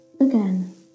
Again